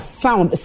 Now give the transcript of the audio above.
sound